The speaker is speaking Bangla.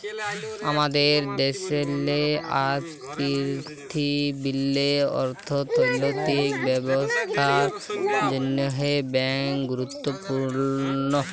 আমাদের দ্যাশেল্লে আর পীরথিবীল্লে অথ্থলৈতিক ব্যবস্থার জ্যনহে ব্যাংক গুরুত্তপুর্ল